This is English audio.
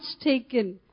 taken